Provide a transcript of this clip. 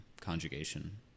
conjugation